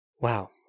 wow